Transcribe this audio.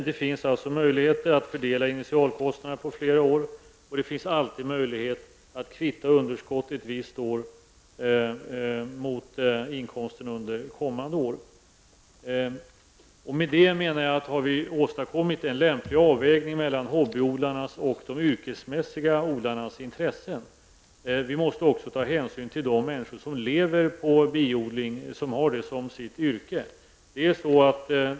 Det finns alltså möjligheter att fördela initialkostnaderna på flera år, och det finns alltid möjlighet att kvitta underskott ett visst år mot inkomsterna under kommande år. Med det menar jag att vi har åstadkommit en lämplig avvägning mellan hobbyodlarnas och de yrkesmässiga odlarnas intressen. Vi måste också ta hänsyn till de människor som lever på biodling och som har det som sitt yrke.